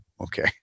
Okay